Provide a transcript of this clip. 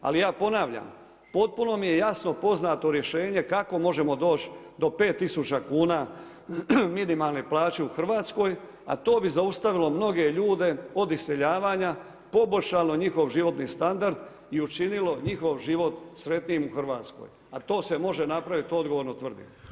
Ali ja ponavljam, potpuno mi je jasno poznato rješenje kako možemo doći do 5 000 kuna minimalne plaće u Hrvatskoj a to bi zaustavilo mnoge ljude od iseljavanja, poboljšalo njihov životni standard i učinilo njihov život sretnijim u Hrvatskoj a to se može napraviti, odgovorno tvrdim.